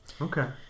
Okay